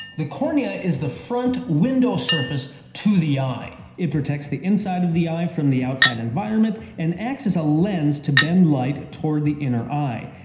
the cornea is the front window surface to the eye. it protects the inside of the eye from the outside environment, and acts as a lens to bend light toward the inner eye.